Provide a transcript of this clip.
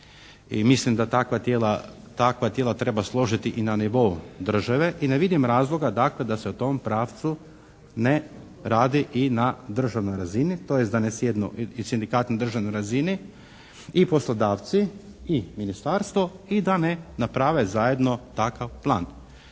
i mislim da takva tijela treba složiti i na nivou države. I ne vidim razloga, dakle, da se u tom pravcu ne radi i na državnoj razini, tj., da ne sjednu, i sindikat na državnoj razini i poslodavci i ministarstvo i da ne naprave zajedno takav plan.